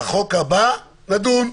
בחוק הבא נדון.